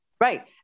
Right